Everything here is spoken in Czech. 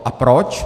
A proč?